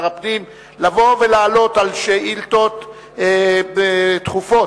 הפנים לבוא ולענות על שאילתות דחופות,